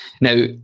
Now